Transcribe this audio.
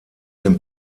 den